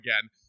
again